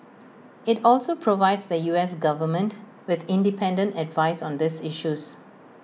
IT also provides the U S Government with independent advice on these issues